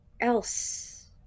else